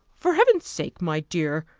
for heaven's sake, my dear,